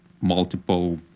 multiple